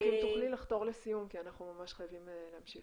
אם רק תוכלי לחתור לסיום כי אנחנו ממש חייבים להמשיך.